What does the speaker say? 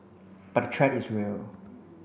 but threat is real